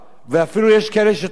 ואפילו יש כאלה שטוענים